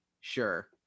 Sure